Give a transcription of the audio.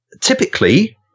typically